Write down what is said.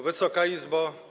Wysoka Izbo!